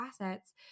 assets